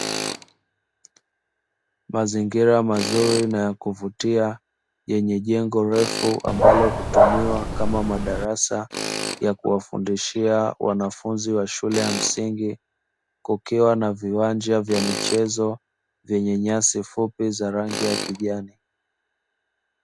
Mazingira mazuri na ya kuvutia yenye jengo refu ambalo hutumiwa kama madarasa ya kuwafundishia wanafunzi wa shule ya msingi, kukiwa na viwanja vya michezo vyenye nyasi fupi za rangi ya kijani.